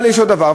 אבל יש עוד דבר,